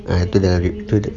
ah tu jangan